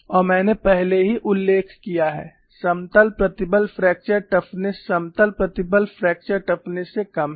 और मैंने पहले ही उल्लेख किया है समतल प्रतिबल फ्रैक्चर टफनेस समतल प्रतिबल फ्रैक्चर टफनेस से कम है